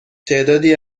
تعدادی